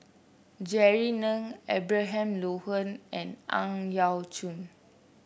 Jerry Ng Abraham Logan and Ang Yau Choon